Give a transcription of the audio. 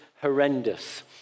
horrendous